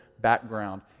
background